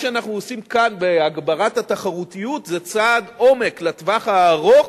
מה שאנחנו עושים כאן בהגברת התחרותיות זה צעד עומק לטווח הארוך,